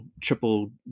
triple